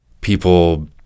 people